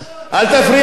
נכון מאוד.